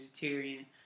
vegetarian